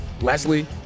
Leslie